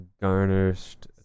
garnished